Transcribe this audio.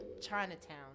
Chinatown